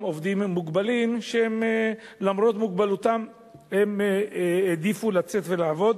עובדים מוגבלים שלמרות מוגבלותם הם העדיפו לצאת ולעבוד,